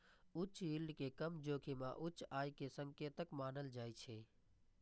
उच्च यील्ड कें कम जोखिम आ उच्च आय के संकेतक मानल जाइ छै